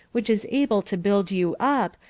which is able to build you up,